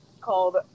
called